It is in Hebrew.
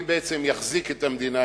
מי בעצם יחזיק את המדינה?